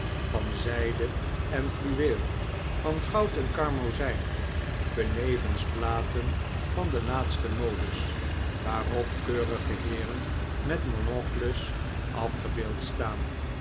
van zijde en fluweel van goud en karmozijn benevens platen van de laatste modes waarop keurige heeren met monocles afgebeeld staan